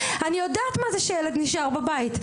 אני יודעת מה זה כשילד נשאר בבית.